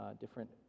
different